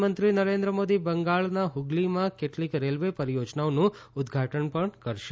પ્રધાનમંત્રી નરેન્દ્ર મોદી બંગાળના ફગલીમાં કેટલીક રેલ્વે પરિયોજનાઓનું ઉદ્વાટન પણ કરશે